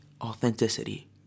authenticity